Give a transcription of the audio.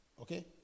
Okay